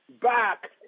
back